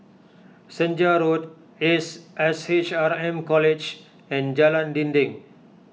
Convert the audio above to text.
Senja Road Ace S H R M College and Jalan Dinding